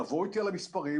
לעבור איתי על המספרים,